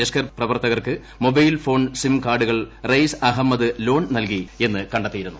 ലഷ്കർ പ്രവർത്തകർക്ക് mobile phone SIM കാർഡുകൾ റയിസ് അഹമ്മദ് ലോൺ നൽകിയെന്ന് കണ്ടെത്തിയിരുന്നു